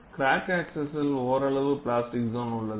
crack ஆக்ஸிசில் ஓரளவு plastic zone உள்ளது